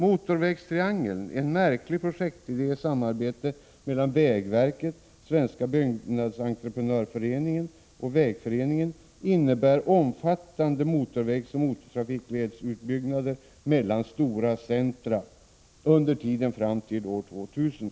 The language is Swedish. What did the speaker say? Motorvägstriangeln — en märklig projektidé i samarbete mellan vägverket, Svenska byggnadsentreprenörsföreningen och Svenska vägföreningen innebär omfattande motorvägsoch motortrafikledsbyggen mellan stora centra under tiden fram till år 2000.